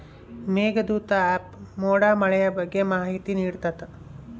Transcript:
Meghdoot app ಮೋಡ ಮಳೆಯ ಬಗ್ಗೆ ಮಾಹಿತಿ ನಿಡ್ತಾತ